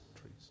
trees